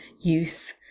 youth